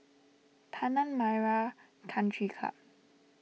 Tanah Merah Country Club